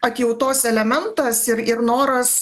atjautos elementas ir ir noras